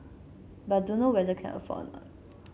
but dunno whether can afford or not